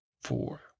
four